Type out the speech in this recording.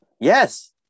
Yes